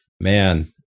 man